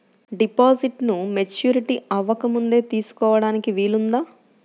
డిపాజిట్ను మెచ్యూరిటీ అవ్వకముందే తీసుకోటానికి వీలుందా?